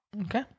Okay